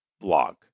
blog